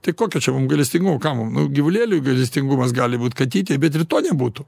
tai kokio čia mum gailestingumo kam mum gyvulėliui gailestingumas gali būt katytei bet to nebūtų